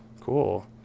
cool